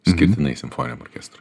išskirtinai simfoniniam orkestrui